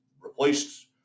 replaced